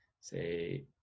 say